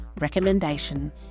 recommendation